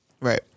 Right